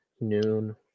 noon